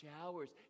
showers